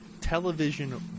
television